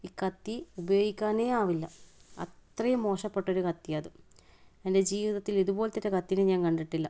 ഈ കത്തി ഉപയോഗിക്കാനേ ആവില്ല അത്രയും മോശപ്പെട്ട ഒരു കത്തിയാണ് അത് എൻ്റെ ജീവിതത്തിൽ ഇതുപോലെത്തെ ഒരു കത്തീനെ ഞാൻ കണ്ടിട്ടില്ല